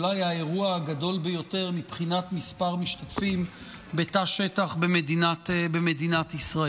אולי האירוע הגדול ביותר מבחינת מספר משתתפים בתא שטח במדינת ישראל.